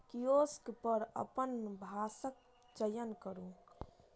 kiosk पर अपन भाषाक चयन करू